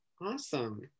awesome